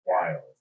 Wild